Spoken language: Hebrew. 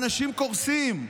האנשים קורסים,